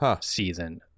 season